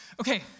Okay